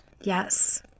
yes